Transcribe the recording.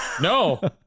No